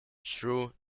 shrew